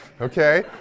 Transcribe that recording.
okay